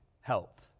help